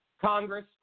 Congress